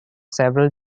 several